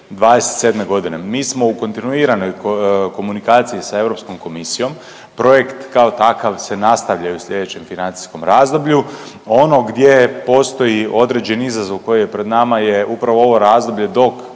2027. g. Mi smo u kontinuiranoj komunikaciji sa EU komisijom, projekt kao takav se nastavlja i u sljedećem financijskom razdoblju. Ono gdje postoji određeni izazov koji je pred nama je upravo ovo razdoblje dok,